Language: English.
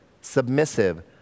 submissive